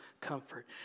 comfort